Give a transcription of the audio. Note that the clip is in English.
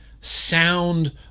sound